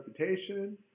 reputation